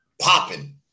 popping